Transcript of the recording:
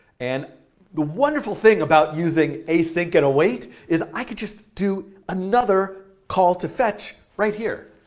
and the wonderful thing about using async and await is i could just do another call to fetch right here.